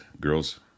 girls